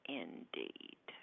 indeed